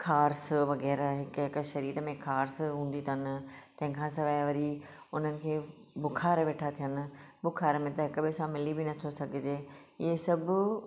खारिस वग़ैरह हिक हिक शरीर में खारिस हूंदी अथनि तंहिं खां सवाइ वरी उन्हनि खे बुख़ार वेठा थियनि बुख़ार में त हिक ॿिए सां मिली बि नथो सघिजे इहे सभु